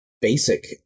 basic